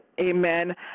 amen